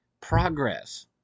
progress